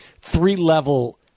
three-level